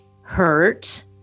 hurt